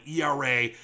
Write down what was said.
ERA